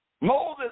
Moses